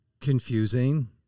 Confusing